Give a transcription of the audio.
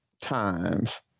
times